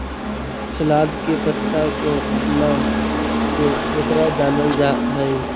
सलाद के पत्ता के नाम से केकरा जानल जा हइ?